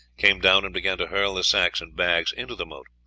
came down and began to hurl the sacks and bags into the moat,